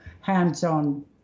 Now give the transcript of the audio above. hands-on